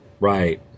Right